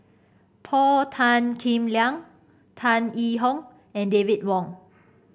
Paul Tan Kim Liang Tan Yee Hong and David Wong